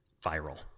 viral